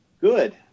Good